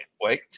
wait